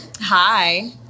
hi